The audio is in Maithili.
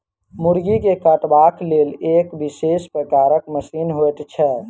मुर्गी के कटबाक लेल एक विशेष प्रकारक मशीन होइत छै